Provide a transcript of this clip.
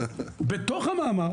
בתוך המאמר,